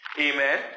amen